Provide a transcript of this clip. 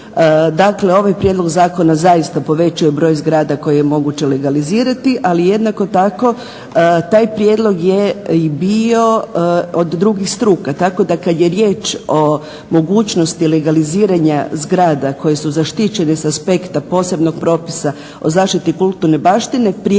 Dakle, ovaj prijedlog zakona zaista povećava broj zgrada koje je moguće legalizirati, ali jednako tako taj prijedlog je i bio od drugih struka. Tako da kad je riječ o mogućnosti legaliziranja zgrada koje su zaštićene s aspekta posebnog propisa o zaštiti kulturne baštine, prijedlog